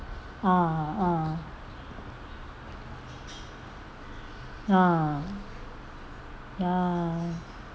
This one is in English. ah ah ah ya